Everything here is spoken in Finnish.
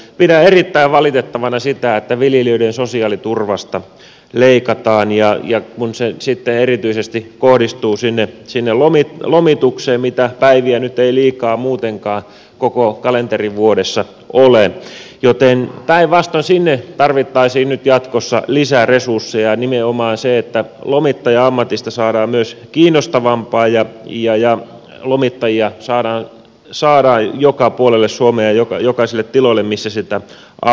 pidän erittäin valitettavana sitä että viljelijöiden sosiaaliturvasta leikataan ja kun se sitten erityisesti kohdistuu lomitukseen mitä päiviä nyt ei liikaa muutenkaan koko kalenterivuodessa ole joten päinvastoin sinne tarvittaisiin nyt jatkossa lisäresursseja ja nimenomaan lomittajan ammatista tulisi saada myös kiinnostavampaa ja lomittajia tulisi saada joka puolelle suomea jokaiselle tilalle missä sitä apua tarvitaan